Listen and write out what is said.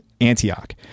Antioch